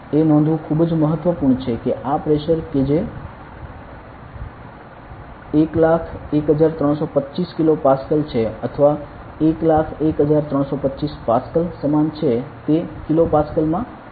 એ નોંધવું ખૂબ જ મહત્વપૂર્ણ છે કે આ પ્રેશર કે જે 101325 કિલો પાસ્કલ છે અથવા 101325 પાસ્કલ સમાન છે તે કિલો પાસ્કલ માં સમાન છે